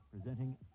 presenting